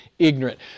Ignorant